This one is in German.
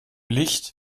licht